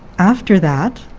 after that,